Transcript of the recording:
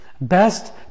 best